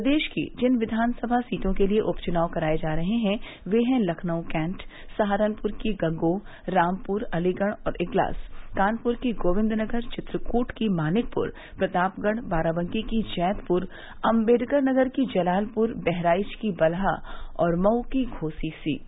प्रदेश की जिन विधान सभा सीटों के लिए उपचुनाव कराये जा रहे हैं वे हैं लखनऊ कैण्ट सहारानपुर की गंगोंह रामपुर अलीगढ़ की इग्लास कानपुर की गोविंदनगर चित्रकूट की मानिकपुर प्रतापगढ़ बाराबंकी की जैदपुर अम्बेडकरनगर की जलालपुर बहराइच की बलहा और मऊ की घोसी सीट